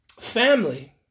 Family